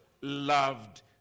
loved